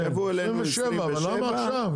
כן, 2027, אבל למה עכשיו?